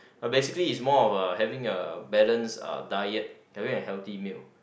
basically is more of a having a balanced uh diet having a healthy meal